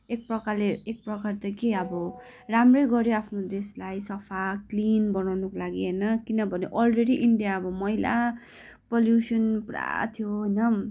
एक प्रकारले एक प्रकार त के अब राम्रै गऱ्यो आफ्नो देशलाई सफा क्लिन बनाउनुको लागि होइन किनभने अलरेडी इन्डिया अब मैला पल्युसन पुरा थियो होइन